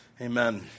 Amen